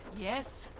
yes